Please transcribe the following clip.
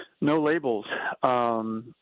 no-labels